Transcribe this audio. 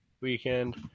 weekend